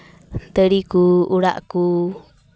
ᱫᱟᱨᱮ ᱠᱚ ᱚᱲᱟᱜ ᱠᱚ